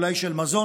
אולי של מזון,